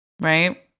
right